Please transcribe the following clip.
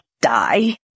die